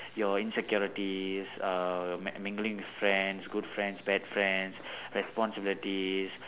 your insecurities uh m~ mingling with friends good friends bad friends responsibilities